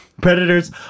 predators